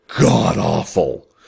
god-awful